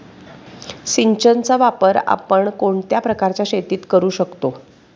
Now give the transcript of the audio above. सिंचनाचा वापर आपण कोणत्या प्रकारच्या शेतीत करू शकतो?